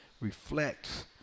reflects